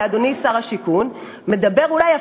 ואדוני שר השיכון מדבר אולי,